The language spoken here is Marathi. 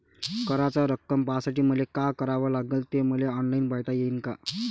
कराच रक्कम पाहासाठी मले का करावं लागन, ते मले ऑनलाईन पायता येईन का?